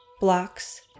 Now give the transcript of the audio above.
blocks